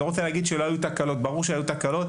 אני לא רוצה להגיד שלא היו תקלות; ברור שהיו תקלות,